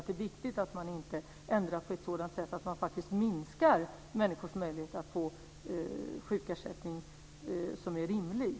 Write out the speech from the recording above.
Det är viktigt att man inte ändrar på ett sådant sätt att människors möjlighet att få en rimlig sjukersättning minskar.